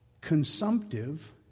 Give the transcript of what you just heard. consumptive